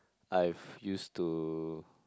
I've used to